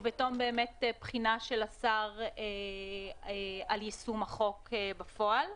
ובתום בחינה של השר על יישום החוק בפועל.